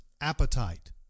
appetite